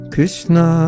Krishna